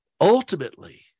Ultimately